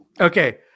okay